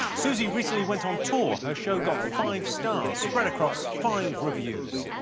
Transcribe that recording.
susie recently went on tour her show got five stars spread across five reviews